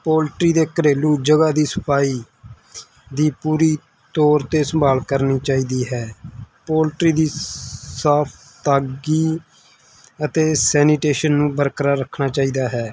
poultry ਦੇ ਘਰੇਲੂ ਜਗ੍ਹਾ ਦੀ ਸਫਾਈ ਦੀ ਪੂਰੀ ਤੌਰ 'ਤੇ ਸੰਭਾਲ ਕਰਨੀ ਚਾਹੀਦੀ ਹੈ ਪੋਲਟਰੀ ਦੀ ਸਾਫ ਤਾਗੀ ਅਤੇ ਸੈਨੀਟੇਸ਼ਨ ਨੂੰ ਬਰਕਰਾਰ ਰੱਖਣਾ ਚਾਹੀਦਾ ਹੈ